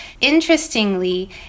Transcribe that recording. Interestingly